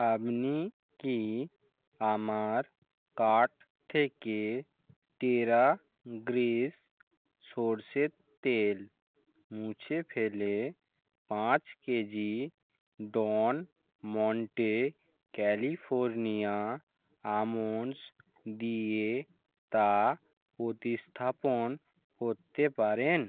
আপনি কি আমার কার্ট থেকে টেরা গ্রিস সরষের তেল মুছে ফেলে পাঁচ KG Don Monte California almonds দিয়ে তা প্রতিস্থাপন করতে পারেন